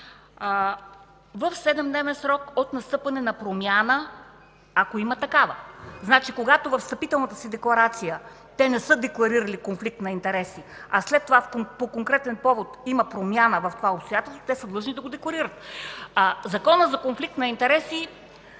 в 7-дневен срок от настъпване на промяна, ако има такава. Когато във встъпителната си декларация не са декларирали конфликт на интереси, а след това по конкретен повод има промяна в това обстоятелство, те са длъжни да го декларират. А Законът за конфликт на интереси,